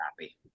happy